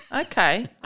Okay